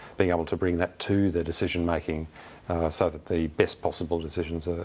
being able to bring that to the decision-making so that the best possible decisions are